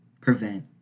prevent